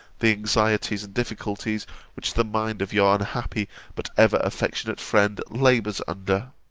the anxieties and difficulties which the mind of your unhappy but ever affectionate friend labours under.